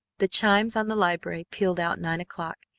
the chimes on the library pealed out nine o'clock,